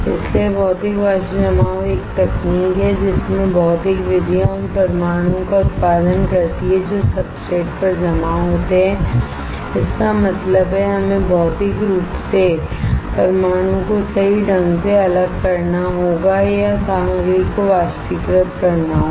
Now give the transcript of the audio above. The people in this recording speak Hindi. इसलिए भौतिक वाष्प जमाव एक तकनीक है जिसमें भौतिक विधियां उन परमाणुओं का उत्पादन करती हैं जो सब्सट्रेट पर जमा होते हैं इसका मतलब है हमें भौतिक रूप से परमाणुओं को सही ढंग से अलग करना होगा या सामग्री को वाष्पीकृत करना होगा